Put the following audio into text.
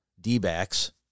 D-backs